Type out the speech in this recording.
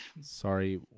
Sorry